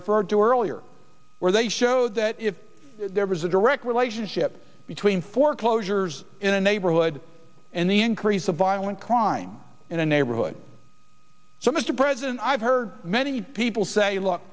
referred to earlier where they showed that if there was a direct relationship between foreclosures in a neighborhood and the increase of violent crime in a neighborhood so mr president i've heard many people say look